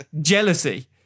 jealousy